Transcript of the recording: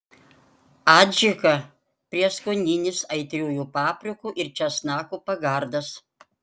adžika prieskoninis aitriųjų paprikų ir česnakų pagardas